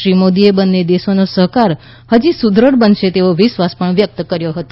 શ્રી મોદીએ બંને દેશોનો સહકાર હજી સુદૃઢ બનશે તેવો વિશ્વાસ વ્યક્ત કર્યો હતો